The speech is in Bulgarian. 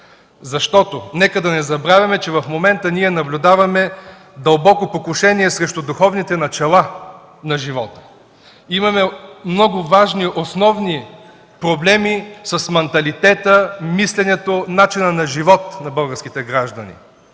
Нека не забравяме, че в момента наблюдаваме дълбоко покушение срещу духовните начала на живота. Имаме много важни, основни проблеми с манталитета, мисленето, начина на живот на българските граждани.